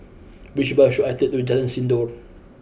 which bus should I take to Jalan Sindor